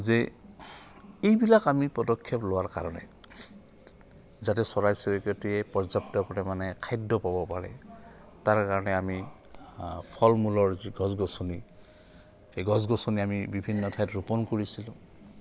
যে এইবিলাক আমি পদক্ষেপ লোৱাৰ কাৰণে যাতে চৰাই চৰিকটিয়ে পৰ্যাপ্ত পৰিমাণে খাদ্য পাব পাৰে তাৰ কাৰণে আমি ফল মূলৰ যি গছ গছনি সেই গছ গছনি আমি বিভিন্ন ঠাইত ৰোপণ কৰিছিলোঁ